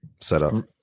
setup